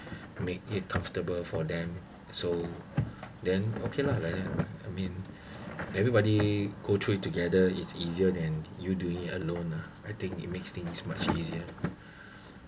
make it comfortable for them so then okay lah like that I mean everybody go through it together it's easier than you doing alone lah I think it makes things much easier